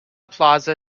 plaza